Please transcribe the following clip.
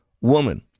woman